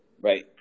right